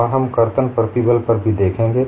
और हम कर्तन प्रतिबल पर भी देखेंगे